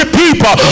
people